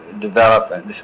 develop